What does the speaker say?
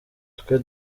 twe